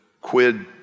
quid